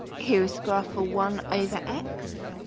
here is a graph for one over x